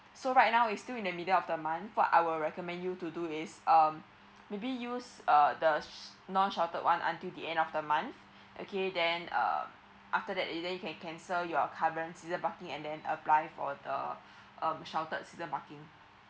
so right now it still in the middle of the month what I will recommend you to do is um maybe use uh the s~ non sheltered one until the end of the month okay then uh after that either you can cancel your current season parking and then apply for the um sheltered season parking